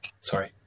sorry